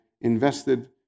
invested